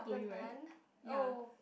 the Nun oh